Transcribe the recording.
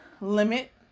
limit